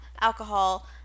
alcohol